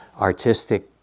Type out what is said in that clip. artistic